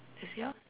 is yours